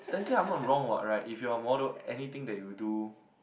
technically I'm not wrong what right if you are a model anything that you do